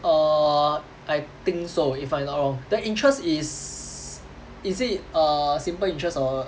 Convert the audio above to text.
err I think so if I'm not wrong the interest is is it err simple interest or